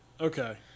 Okay